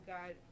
God